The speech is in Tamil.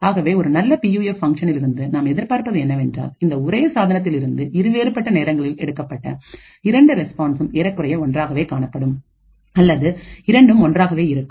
ஆகவே ஒரு நல்ல பியூஎஃப் ஃபங்ஷனில் இருந்து நாம் எதிர்பார்ப்பது என்னவென்றால் இந்த ஒரே சாதனத்தில் இருந்து இருவேறுபட்ட நேரங்களில் எடுக்கப்பட்ட இரண்டு ரெஸ்பான்ஸ்சும் ஏறக்குறைய ஒன்றாகவே காணப்படும் அல்லது இரண்டும் ஒன்றாகவே இருக்கும்